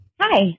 Hi